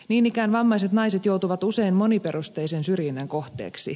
niin ikään vammaiset naiset joutuvat usein moniperusteisen syrjinnän kohteeksi